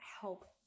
help